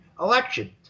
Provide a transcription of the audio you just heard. election